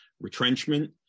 retrenchment